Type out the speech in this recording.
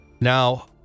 Now